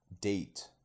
date